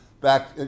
back